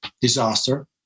disaster